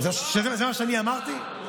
זה מה שאני אמרתי?